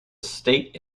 state